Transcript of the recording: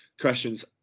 questions